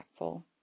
impactful